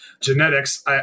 genetics